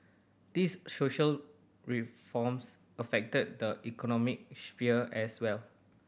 these social reforms affected the economic sphere as well